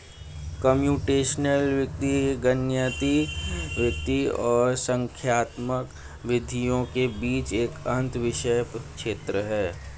computational वित्त गणितीय वित्त और संख्यात्मक विधियों के बीच एक अंतःविषय क्षेत्र है